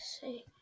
see